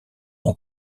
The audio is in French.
ont